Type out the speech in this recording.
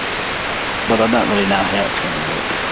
but i don't really know how it's going to work.